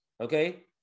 Okay